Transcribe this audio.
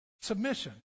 Submission